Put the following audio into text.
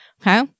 Okay